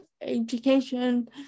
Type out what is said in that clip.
education